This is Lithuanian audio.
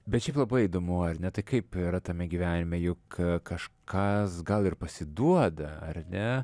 bet šiaip labai įdomu ar ne tai kaip yra tame gyvenime juk kažkas gal ir pasiduoda ar ne